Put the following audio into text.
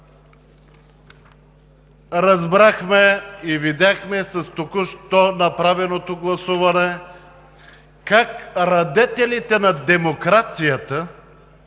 Разбрахме и видяхме с току-що направеното гласуване как радетелите на демокрацията